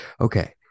Okay